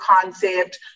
concept